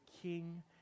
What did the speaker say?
king